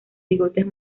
bigotes